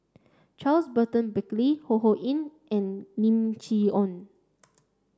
Charles Burton Buckley Ho Ho Ying and Lim Chee Onn